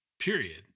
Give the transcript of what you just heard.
Period